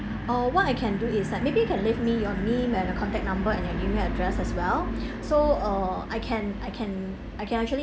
uh what I can do is like maybe you can leave me your name and your contact number and your email address as well so uh I can I can I can actually